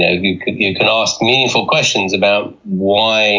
ah you can can ask meaningful questions about why